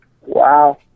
wow